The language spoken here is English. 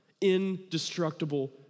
Indestructible